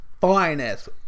finest